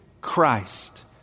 christ